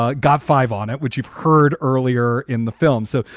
ah got five on it, which you've heard earlier in the film. so.